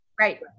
Right